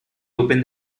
opened